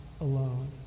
alone